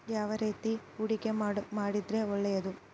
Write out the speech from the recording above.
ಯಾವ ರೇತಿ ಹೂಡಿಕೆ ಮಾಡಿದ್ರೆ ಒಳ್ಳೆಯದು?